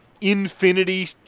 infinity